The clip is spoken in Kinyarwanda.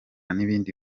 n’ibindi